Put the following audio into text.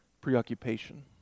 preoccupation